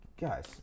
Guys